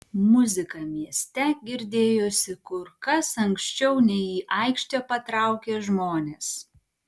muzika mieste girdėjosi kur kas anksčiau nei į aikštę patraukė žmonės